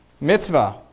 Mitzvah